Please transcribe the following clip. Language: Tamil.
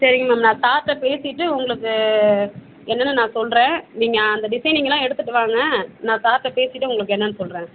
சரிங்க மேம் நான் சார்கிட்ட பேசிவிட்டு உங்களுக்கு என்னென்னு நான் சொல்றேன் நீங்கள் அந்த டிசைனிங்குலாம் எடுத்துட்டு வாங்க நான் சார்கிட்ட பேசிவிட்டு உங்களுக்கு என்னென்னு சொல்கிறேன்